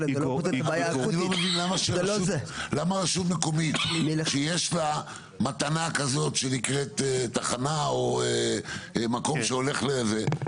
--- למה רשות מקומית שיש לה מתנה כזאת שנקראת תחנה או מקום שהולך לזה,